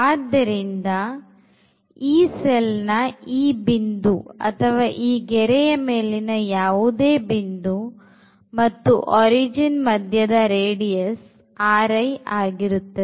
ಆದ್ದರಿಂದ ಈ cellನ ಈ ಬಿಂದು ಅಥವಾ ಈ ಗೆರೆಯ ಮೇಲಿನ ಯಾವುದೇ ಬಿಂದು ಮತ್ತು origin ಮಧ್ಯದ ರೇಡಿಯಸ್ ಆಗಿರುತ್ತದೆ